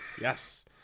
Yes